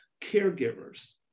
caregivers